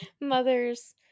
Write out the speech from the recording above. mothers